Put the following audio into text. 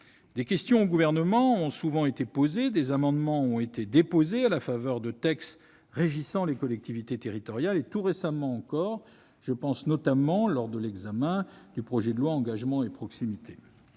Des questions au Gouvernement ont souvent été posées, des amendements ont été déposés à la faveur de textes régissant les collectivités territoriales, et tout récemment encore : je pense notamment lors de l'examen du projet de loi Engagement et proximité.